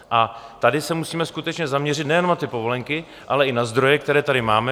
A tady se musíme skutečně zaměřit nejenom na ty povolenky, ale i na zdroje, které tady máme.